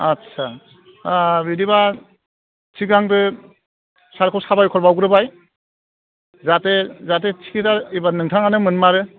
आदसा आह बिदिबो सिगांग्रो सारखौ साबायखर बावग्रोबाय जाहाथे जाहाथे टिकिदआ ओइबार नोंथाङानो मोनमारो